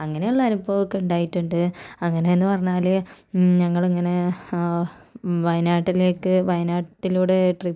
അങ്ങനെയുള്ള അനുഭവമൊക്കെ ഉണ്ടായിട്ടുണ്ട് അങ്ങനെയെന്നു പറഞ്ഞാൽ ഞങ്ങൾ ഇങ്ങനെ വയനാട്ടിലേക്ക് വയനാട്ടിലൂടെ ട്രിപ്പ്